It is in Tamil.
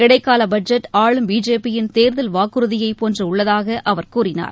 இடைக்கால பட்ஜெட் ஆளும் பிஜேபி யின் தேர்தல் வாக்குறுதியைப் போன்று உள்ளதாக அவர் கூறினார்